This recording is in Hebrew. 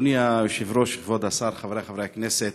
אדוני היושב-ראש, כבוד השר, חברי חברי הכנסת,